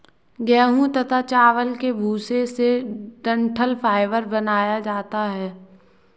गेहूं तथा चावल के भूसे से डठंल फाइबर बनाया जाता है